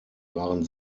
waren